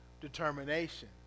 determination